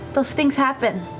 those things happen.